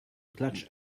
clutch